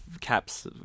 caps